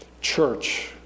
church